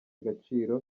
agaciro